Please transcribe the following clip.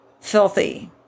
filthy